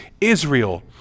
Israel